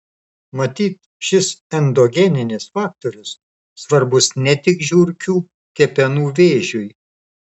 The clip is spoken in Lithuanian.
matyt šis endogeninis faktorius svarbus ne tik žiurkių kepenų vėžiui